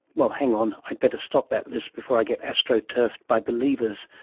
well, hang on, i better stop that list before i get astroturfed by believers.